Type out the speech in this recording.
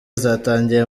zatangiye